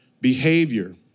behavior